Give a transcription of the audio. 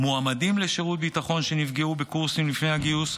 מועמדים לשירות ביטחון שנפגעו בקורסים לפני הגיוס,